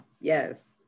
Yes